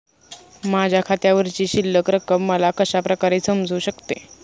माझ्या खात्यावरची शिल्लक रक्कम मला कशा प्रकारे समजू शकते?